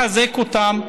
לחזק אותם.